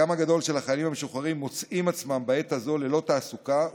חלקם הגדול של החיילים המשוחררים מוצאים עצמם בעת הזאת ללא תעסוקה,